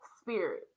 spirit